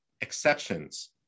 exceptions